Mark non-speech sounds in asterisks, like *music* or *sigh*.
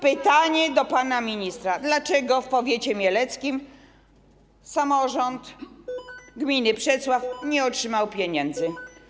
Pytanie do pana ministra: Dlaczego w powiecie mieleckim samorząd gminy Przecław *noise* nie otrzymał pieniędzy?